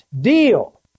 deal